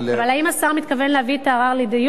אבל האם השר מתכוון להביא את הערר לדיון?